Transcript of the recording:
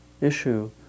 issue